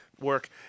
work